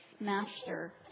master